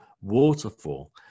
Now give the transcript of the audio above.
waterfall